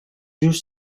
just